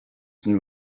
knew